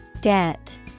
Debt